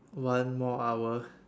one more hour